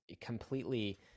completely